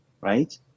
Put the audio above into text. right